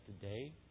today